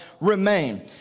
remain